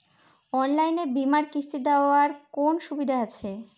অনলাইনে বীমার কিস্তি দেওয়ার কোন সুবিধে আছে?